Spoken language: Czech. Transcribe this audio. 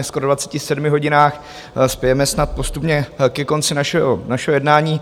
Skoro dvaceti sedmi hodinách spějeme snad postupně ke konci našeho jednání.